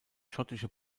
schottische